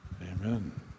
Amen